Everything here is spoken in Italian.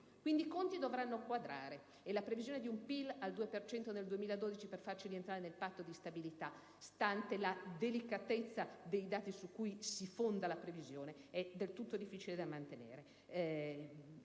Quindi, i conti dovranno quadrare e la previsione di un PIL al 2 per cento nel 2012 per farci rientrare nel Patto di stabilità, stante la delicatezza dei dati su cui si fonda, è del tutto difficile da mantenere.